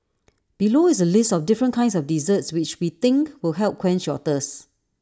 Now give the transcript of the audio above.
below is A list of different kinds of desserts which we think will help quench your thirst